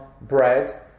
bread